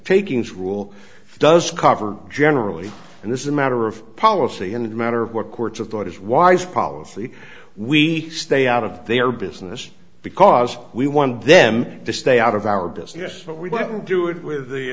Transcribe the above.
takings rule does cover generally and this is a matter of policy and matter of what courts of thought is wise policy we stay out of their business because we want them to stay out of our business but we didn't do it with the